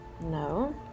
No